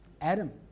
Adam